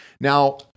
Now